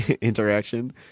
interaction